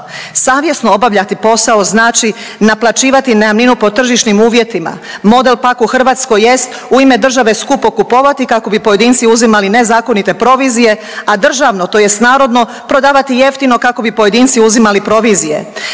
Savjesno obavljati posao znači naplaćivati najamninu po tržišnim uvjetima. Model pak u Hrvatskoj jest u ime države skupo kupovati kako bi pojedinci uzimali nezakonite provizije, a državno tj. narodno prodavati jeftino kako bi pojedinci uzimali provizije.